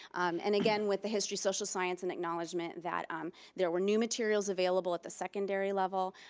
and again, with the history social science and acknowledgement that um there were new materials available at the secondary level,